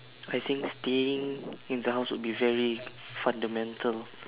I think staying in the house would be very fundamental